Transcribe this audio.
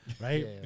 right